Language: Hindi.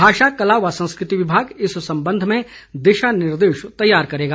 भाषा कला व संस्कृति विभाग इस संबंध में दिशानिर्देश तैयार करेगा